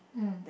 mm